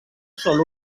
sol